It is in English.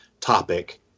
topic